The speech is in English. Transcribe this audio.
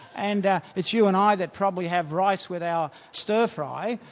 and it's you and i that probably have rice with our stir-fry.